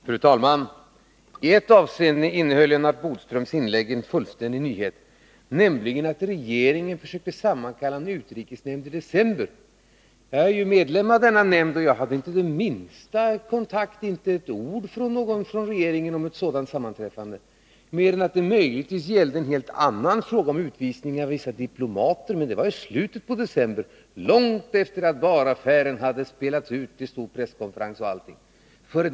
Fru talman! I ett avseende innehöll Lennart Bodströms senaste inlägg en fullständig nyhet, nämligen att regeringen skulle ha försökt sammankalla ett möte i utrikesnämnden i december. Jag är ju medlem av denna nämnd, men jag hörde inte ett ord från regeringen om ett sådant sammanträde. Däremot sades det något om ett eventuellt sammanträde i en helt annan fråga, som gällde utvisning av vissa diplomater, men det var i slutet av december och långt efter det att Bahr-affären hade spelats ut i en stor presskonferens och på annat sätt.